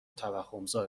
توهمزا